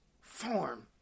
form